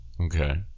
Okay